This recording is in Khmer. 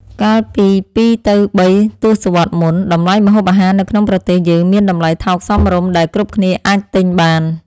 កាលពីពីរទៅបីទសវត្សរ៍មុន តម្លៃម្ហូបអាហារនៅក្នុងប្រទេសយើងមានតម្លៃថោកសមរម្យដែលគ្រប់គ្នាអាចទិញបាន។